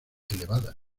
elevadas